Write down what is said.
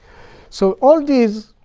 so all these,